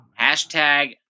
hashtag